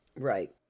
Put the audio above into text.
Right